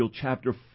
chapter